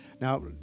now